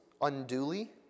unduly